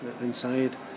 inside